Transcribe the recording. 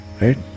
Right